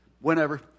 whenever